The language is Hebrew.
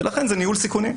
ולכן זה ניהול סיכונים.